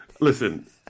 Listen